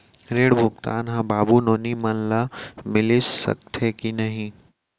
ऋण भुगतान ह बाबू नोनी मन ला मिलिस सकथे की नहीं?